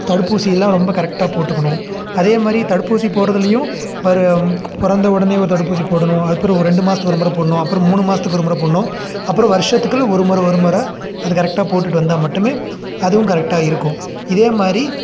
தடுப்பூசி எல்லாம் ரொம்ப கரெக்டாக போட்டுக்கணும் அதே மாதிரி தடுப்பூசி போட்றதுலேயும் பிறந்த உடனே ஒரு தடுப்பூசி போடணும் அதுக்கு அப்புறம் ஒரு ரெண்டு மாதத்துக்கு ஒரு முறை போடணும் அப்புறம் மூணு மாதத்துக்கு ஒரு முறை போடணும் அப்புறம் வருஷத்துக்கு ஒரு முறை ஒரு முறை அது கரெக்டாக போட்டுட்டு வந்தால் மட்டுமே அதுவும் கரெக்டாக இருக்கும் இதே மாதிரி